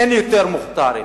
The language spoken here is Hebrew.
אין יותר מוכתרים.